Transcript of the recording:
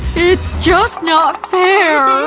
it's just not fair!